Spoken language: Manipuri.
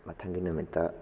ꯃꯊꯪꯒꯤ ꯅꯨꯃꯤꯠꯇ